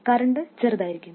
current ചെറുതായിരിക്കും